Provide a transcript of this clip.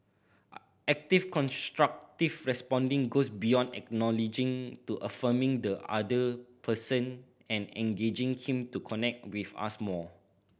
active constructive responding goes beyond acknowledging to affirming the other person and engaging him to connect with us more